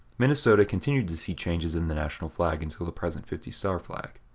minnesota continued to see changes in the national flag until the present fifty star flag.